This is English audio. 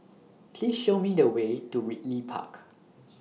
Please Show Me The Way to Ridley Park